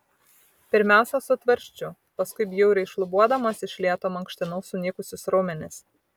pirmiausia su tvarsčiu paskui bjauriai šlubuodamas iš lėto mankštinau sunykusius raumenis